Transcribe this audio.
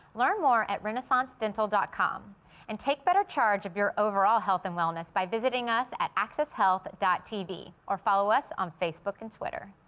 learn more at renaissancedental dot com and take better charge of your overall health and wellness by visiting us at accesshealth tv or follow us on facebook and twitter.